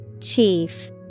Chief